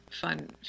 fun